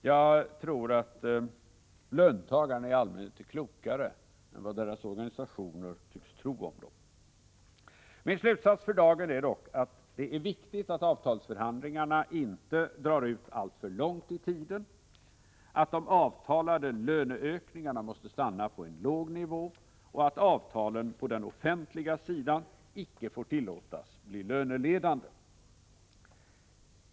Jag tror att löntagarna i allmänhet är klokare än vad deras organisationer tycks tro om dem. Min slutsats för dagen är dock att det är viktigt att avtalsförhandlingarna inte drar ut alltför långt i tiden, att de avtalade löneökningarna måste stanna på en låg nivå och att avtalen på den offentliga sidan icke får tillåtas bli löneledande.